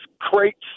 crates